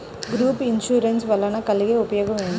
Group insurance వలన కలిగే ఉపయోగమేమిటీ?